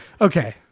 Okay